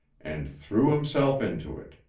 and threw himself into it.